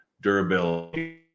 durability